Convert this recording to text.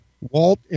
Walt